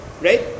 right